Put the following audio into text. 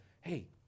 hey